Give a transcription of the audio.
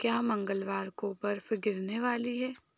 क्या मंगलवार को बर्फ गिरने वाली है